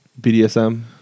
BDSM